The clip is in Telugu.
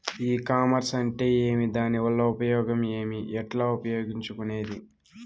ఈ కామర్స్ అంటే ఏమి దానివల్ల ఉపయోగం ఏమి, ఎట్లా ఉపయోగించుకునేది?